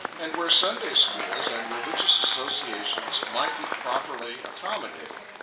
and where sunday schools and religious associations might be properly accommodated.